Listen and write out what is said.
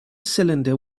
cylinder